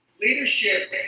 Leadership